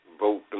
vote